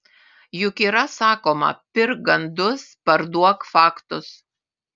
juk yra sakoma pirk gandus parduok faktus